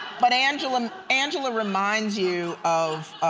but angela um angela reminds you of